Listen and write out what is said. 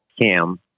cam